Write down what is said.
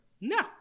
No